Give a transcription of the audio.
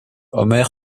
omer